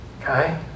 Okay